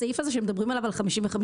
הסעיף הזה שמדברים עליו של 55%,